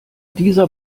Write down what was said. dieser